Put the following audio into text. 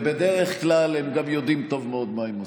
ובדרך כלל הם גם יודעים טוב מאוד מה הם עושים.